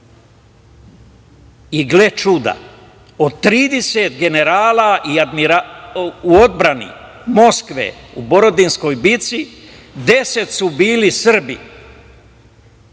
I, gle čuda, od 30 generala u odbrani Moskve u Borodinskoj bici 10 su bili Srbi,